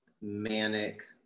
manic